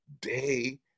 day